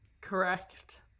Correct